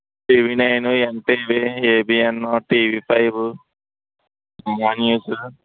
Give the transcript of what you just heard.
TV nine NTV ABN TV five Maha news